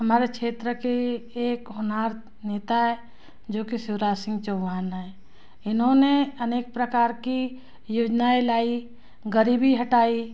हमारा क्षेत्र के एक होनहार नेता जो कि शिवराज सिंह चौहान है इन्होंने अनेक प्रकार की योजनाएँ लाई गरीबी हटाई